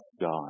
God